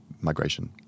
Migration